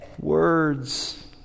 words